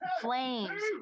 flames